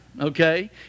okay